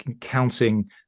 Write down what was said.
counting